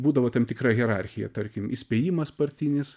būdavo tam tikra hierarchija tarkim įspėjimas partinis